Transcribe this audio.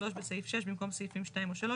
3. בסעיף 6 במקום סעיפים 2 או 3,